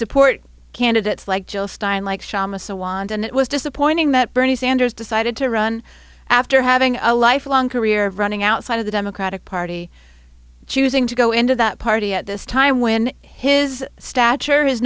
support candidates like joel stein like schama so want and it was disappointing that bernie sanders decided to run after having a life long career of running outside of the democratic party choosing to go into that party at this time when his stature his